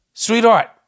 Sweetheart